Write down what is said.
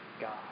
God